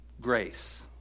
Grace